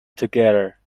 together